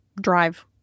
drive